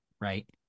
right